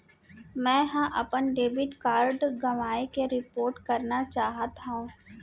मै हा अपन डेबिट कार्ड गवाएं के रिपोर्ट करना चाहत हव